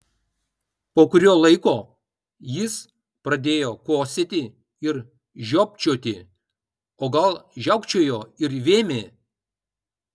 po kurio laiko jis pradėjo kosėti ir žiopčioti o gal žiaukčiojo ir vėmė